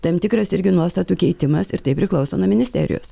tam tikras irgi nuostatų keitimas ir tai priklauso nuo ministerijos